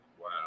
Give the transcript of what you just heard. Wow